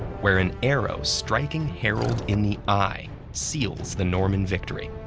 where an arrow striking harold in the eye seals the norman victory.